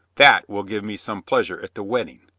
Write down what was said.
that will give me some pleasure at the wedding.